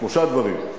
שלושה דברים.